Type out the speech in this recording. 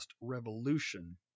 Revolution